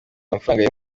amafaranga